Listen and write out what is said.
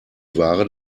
ware